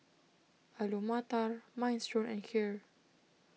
Alu Matar Minestrone and Kheer